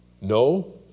No